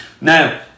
now